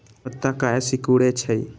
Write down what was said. पत्ता काहे सिकुड़े छई?